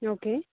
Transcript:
okay